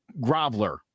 groveler